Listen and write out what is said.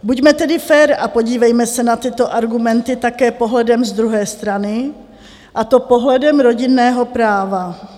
Buďme tedy fér a podívejme se na tyto argumenty také pohledem z druhé strany, a to pohledem rodinného práva.